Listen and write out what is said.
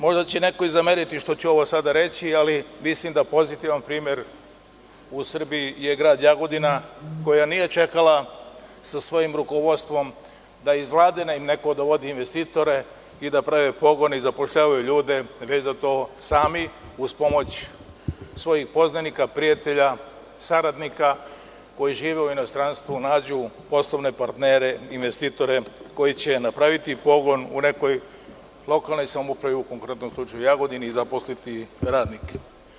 Možda će neko i zameriti što ću ovo sada reći, ali mislim da pozitivan primer u Srbiji je grad Jagodina, koja nije čekala sa svojim rukovodstvom da im iz Vlade neko dovodi investitore i da prave pogone i zapošljavaju ljude, već da to sami uz pomoć svojih poznanika, prijatelja, saradnika koji žive u inostranstvu nađu poslovne partnere, investitore koji će napraviti pogon u nekoj lokalnoj samoupravi u konkretnom slučaju u Jagodini zaposliti radnike.